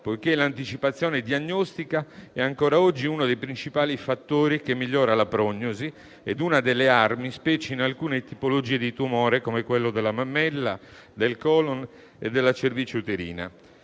poiché l'anticipazione diagnostica è ancora oggi uno dei principali fattori che migliora la prognosi e una delle armi, specie in alcune tipologie di tumore come quelli della mammella, del colon e della cervice uterina.